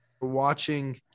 Watching